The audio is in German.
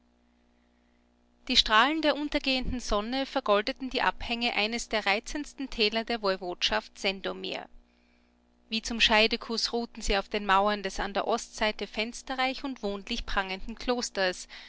die strahlen der untergehenden sonne vergoldeten die abhänge eines der reizendsten täler der woiwodschaft sendomir wie zum scheidekuß ruhten sie auf den mauern des an der ostseite fensterreich und wohnlich prangenden klosters